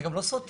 זה גם לא סותר.